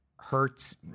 hurts